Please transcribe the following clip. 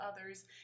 others